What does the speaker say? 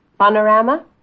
Panorama